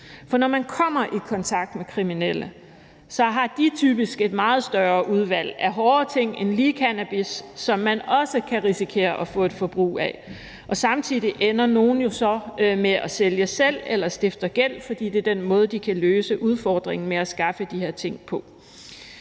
For når man kommer i kontakt med kriminelle, har de typisk et meget større udvalg af hårdere ting end lige cannabis, som man også kan risikere at få et forbrug af. Samtidig ender nogle jo så med at sælge selv eller stifte gæld, fordi det er den måde, de kan løse udfordringen med at skaffe de her ting, på.